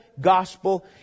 gospel